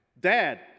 Dad